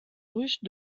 russe